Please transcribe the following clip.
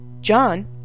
John